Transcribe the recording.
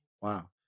wow